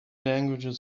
languages